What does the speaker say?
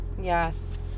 Yes